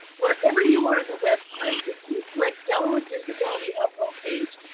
wherever you are on the website, if you click delaware disability hub home page,